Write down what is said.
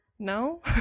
No